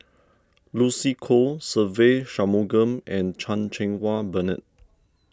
Lucy Koh Se Ve Shanmugam and Chan Cheng Wah Bernard